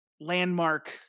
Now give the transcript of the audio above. landmark